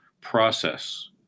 process